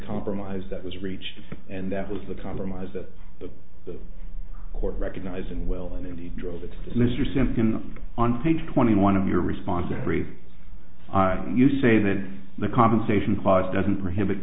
compromise that was reached and that was the compromise that the court recognized and well and he drove it says mr simpson on page twenty one of your response every item you say then the compensation clause doesn't prohibit